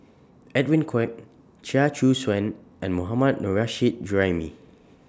Edwin Koek Chia Choo Suan and Mohammad Nurrasyid Juraimi